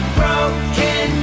broken